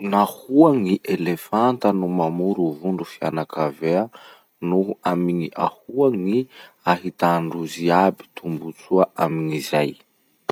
Nahoa gny elefanata no mamoro vondro fianakavia noho amin'ny ahoa gny ahitandrozy aby tombotsoa amizay.